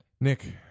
Nick